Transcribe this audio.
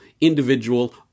individual